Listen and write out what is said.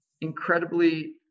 incredibly